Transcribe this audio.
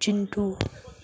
Chintu